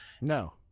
No